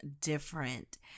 different